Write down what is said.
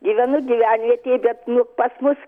gyvenu gyvenvietėj bet nu pas mus